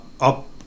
up